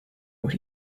what